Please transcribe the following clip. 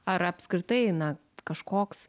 ar apskritai na kažkoks